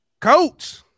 Coach